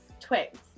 Twigs